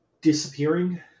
disappearing